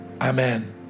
Amen